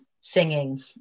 singing